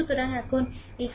সুতরাং এখন এই কি